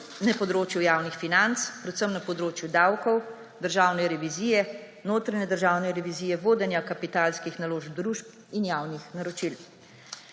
na področju javnih financ, predvsem na področju davkov, državne revizije, notranje državne revizije, vodenja kapitalskih naložb družb in javnih naročil.